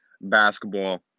basketball